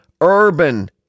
urban